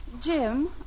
Jim